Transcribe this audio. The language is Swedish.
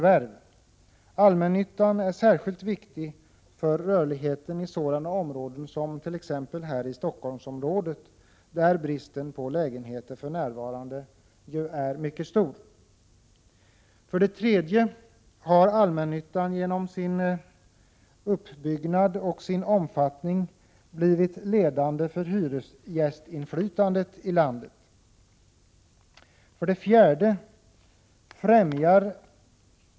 1987/88:46 «Allmännyttan är särskilt viktig för rörligheten i sådana områden som t.ex. i 16 december 1987 Stockholmsområdet, där bristen på lägenheter för närvarande är mycket BERETT För det tredje har allmännyttan genom sin uppbyggnad och sin omfattning blivit ledande för hyresgästinflytandet i landet.